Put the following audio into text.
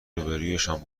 روبهرویشان